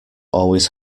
always